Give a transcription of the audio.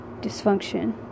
dysfunction